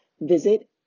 Visit